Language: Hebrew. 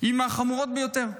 היא מהחמורות ביותר.